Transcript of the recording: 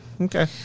Okay